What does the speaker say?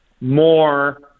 more